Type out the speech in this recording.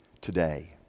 today